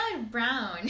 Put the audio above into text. brown